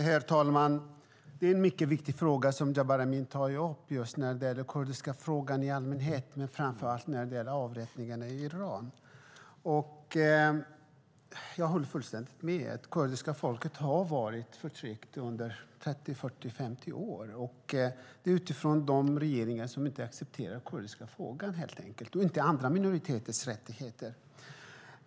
Herr talman! Det är en mycket viktig fråga som Jabar Amin tar upp just när det gäller den kurdiska frågan i allmänhet men framför allt när det gäller avrättningarna i Iran. Jag håller fullständigt med; det kurdiska folket har varit förtryckt under 30-50 år av de regeringar som helt enkelt inte accepterar den kurdiska frågan och inte heller andra minoriteters rättigheter.